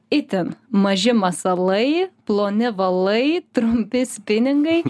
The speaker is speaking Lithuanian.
itin maži masalai ploni valai trumpi spiningai